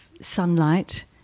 sunlight